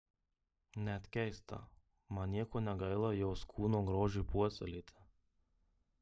net keista man nieko negaila jos kūno grožiui puoselėti